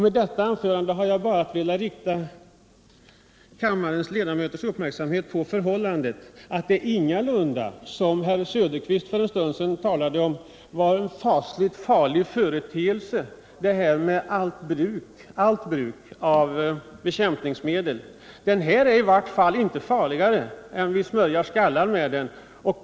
Med detta anförande har jag bara velat rikta kammarledamöternas uppmärksamhet på det förhållandet att allt bruk av bekämpningsmedel ingalunda är en så fasligt farlig företeelse som herr Söderqvist för en stund sedan sade. Detta medel är i varje fall inte farligare än att vi smörjer våra skallar med det.